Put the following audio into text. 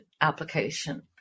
application